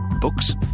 Books